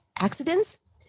accidents